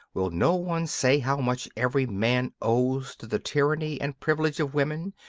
will no one say how much every man owes to the tyranny and privilege of women,